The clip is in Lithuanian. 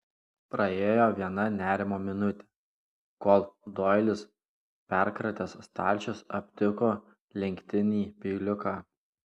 praėjo viena nerimo minutė kol doilis perkratęs stalčius aptiko lenktinį peiliuką